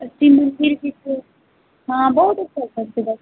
शिव मंदिर भी छै हँ बहुत अच्छा अच्छा छै